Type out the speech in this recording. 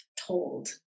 told